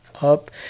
up